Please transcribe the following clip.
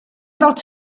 dels